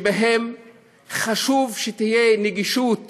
וחשוב שתהיה נגישות